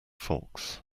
folks